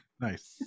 nice